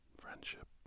friendship